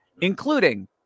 including